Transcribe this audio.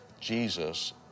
Jesus